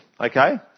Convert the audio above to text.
okay